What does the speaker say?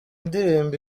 ndirimbo